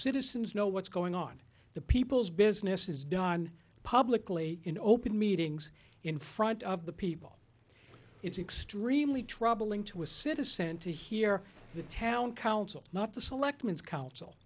citizens know what's going on the people's business is done publicly in open meetings in front of the people it's extremely troubling to a citizen to hear the town council not the selectmen is coun